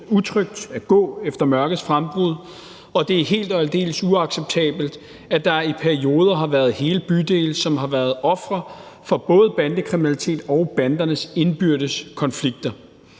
utrygt at gå efter mørkets frembrud, og det er helt og aldeles uacceptabelt, at der i perioder har været hele bydele, som har været ofre for både bandekriminalitet og bandernes indbyrdes konflikter.